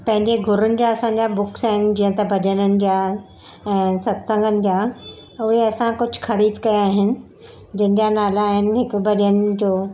पंहिंजे गुरूनि जा असांजा बुक्स आहिनि जीअं त भॼननि जा अं सत्संगनि जा उहे असां कुझु ख़रीद कया आहिनि जंहिंजा नाला आहिनि हिक भॼन जो